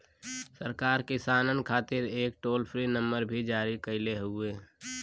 सरकार किसानन खातिर एक टोल फ्री नंबर भी जारी कईले हउवे